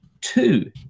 two